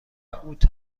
اوت